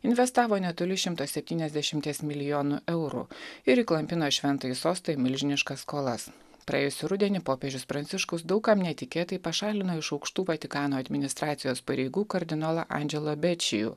investavo netoli šimto septyniasdešimties milijonų eurų ir įklampino šventąjį sostą į milžiniškas skolas praėjusį rudenį popiežius pranciškus daug kam netikėtai pašalino iš aukštų vatikano administracijos pareigų kardinolą andželą bečijų